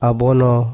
Abono